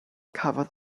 cafodd